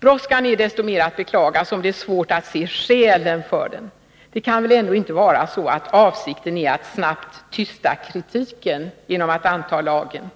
Brådskan är desto mer att beklaga som det är svårt att se skälen för den. Det kan väl ändå inte vara så, att avsikten är att snabbt tysta kritiken genom att anta lagen.